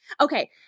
Okay